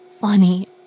funny